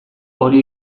hori